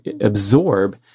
absorb